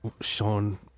Sean